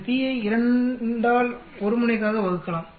இந்த p ஐ 2 ஆல் 1 முனைக்காக வகுக்கலாம்